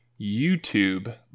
YouTube